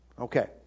Okay